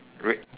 red